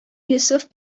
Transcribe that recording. йосыф